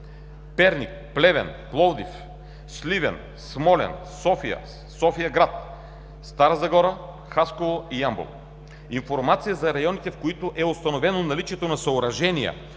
Перник, Плевен, Пловдив, Сливен, Смолян, София, София-град, Стара Загора, Хасково и Ямбол. Информация за районите, в които е установено наличието на съоръжения